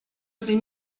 sie